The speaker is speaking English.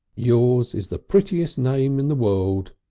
yours is the prettiest name in the world.